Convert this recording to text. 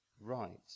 right